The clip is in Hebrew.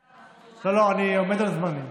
לא, לא, אני עומד על זמנים.